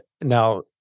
now